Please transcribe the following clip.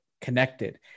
Connected